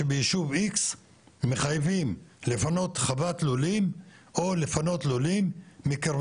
שחייבו אותנו לפנות לולים בירכא,